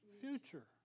future